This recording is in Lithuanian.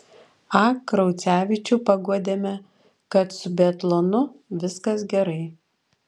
a kraucevičių paguodėme kad su biatlonu viskas gerai